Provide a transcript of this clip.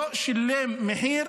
שלא שילם מחיר,